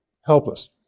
helpless